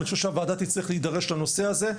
אני חושב שהוועדה תצטרך להידרש לנושא הזה.